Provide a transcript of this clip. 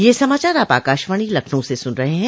ब्रे क यह समाचार आप आकाशवाणी लखनऊ से सुन रहे हैं